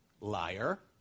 Liar